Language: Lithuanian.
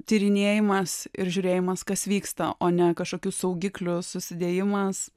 tyrinėjimas ir žiūrėjimas kas vyksta o ne kažkokių saugiklių susidėjimas